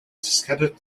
scattered